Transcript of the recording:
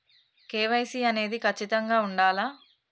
KYC అనేది ఖచ్చితంగా ఉండాలా?